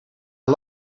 een